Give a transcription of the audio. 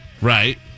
Right